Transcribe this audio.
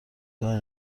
کاری